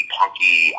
punky